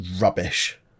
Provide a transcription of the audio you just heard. rubbish